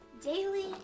...daily